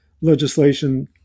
legislation